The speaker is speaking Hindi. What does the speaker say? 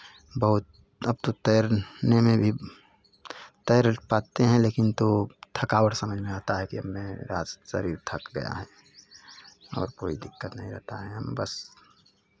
बहुत अब तो तैरने में भी तैर पाते हैं लेकिन तो थकावट समझ में आता है कि अब में रास शरीर थक गया है और कोई दिक्कत नहीं रहता है हम बस